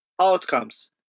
Outcomes